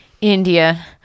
India